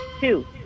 Two